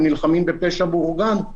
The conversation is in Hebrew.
הם נלחמים בפשע מאורגן,